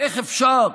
איך אפשר?